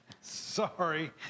sorry